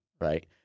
Right